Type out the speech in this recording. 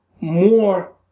more